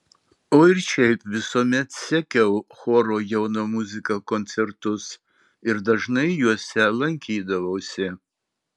o ir šiaip visuomet sekiau choro jauna muzika koncertus ir dažnai juose lankydavausi